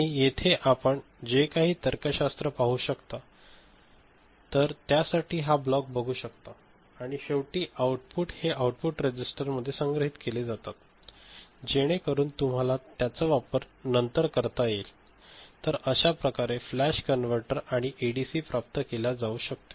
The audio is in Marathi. आणि येथे आपण जे काही तर्कशास्त्र पाहू शकता तर त्या साठी हा ब्लॉक बघू शकता आणि शेवटी आउटपुट हे आऊटपुट रजिस्टर मध्ये संग्रहीत केले जातात जेणेकरून तुम्हाला त्याचा वापर नंतर करता येईल तरअशाप्रकारे फ्लॅश कन्व्हर्टर आणि हे एडीसी प्राप्त केले जाऊ शकते